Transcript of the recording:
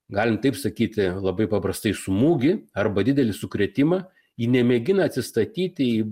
galim taip sakyti labai paprastai smūgį arba didelį sukrėtimą ji nemėgina atsistatyti į